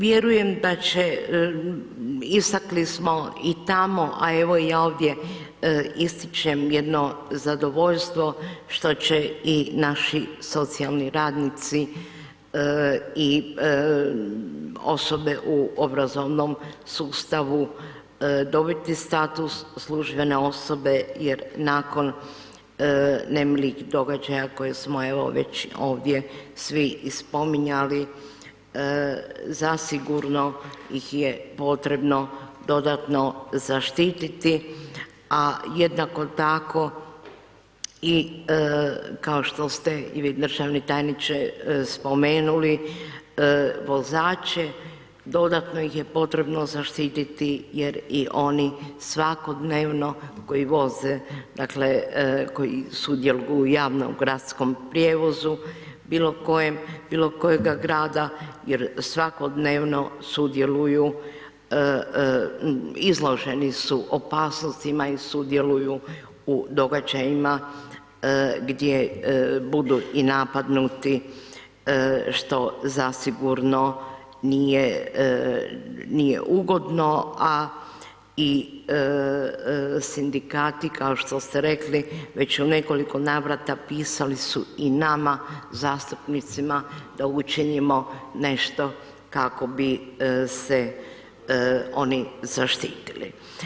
Vjerujem da će, istakli smo i tamo a evo i ovdje ističem jedno zadovoljstvo što će i naši socijalni radnici i osobe u obrazovnom sustavu dobiti status službene osobe jer nakon nemilih događaja koje smo evo već ovdje svi i spominjali, zasigurno ih je potrebno dodatno zaštititi a jednako tako i kao što ste i vi državni tajniče spomenuli vozače, dodatno ih je potrebno zaštititi jer i oni svakodnevno koji voze dakle koji sudjeluju u javnom gradskom prijevozu bilokojem bilokojega grada jer svakodnevno sudjeluju, izloženi su opasnostima i sudjeluju u događajima gdje budu i napadnuti što zasigurno nije ugodno a i sindikati kao što ste rekli, već u nekoliko navrata pisali su i nama zastupnicima da učinimo nešto kako bi se oni zaštitili.